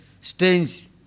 strange